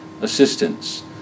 assistance